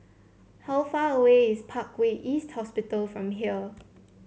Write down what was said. how far away is Parkway East Hospital from here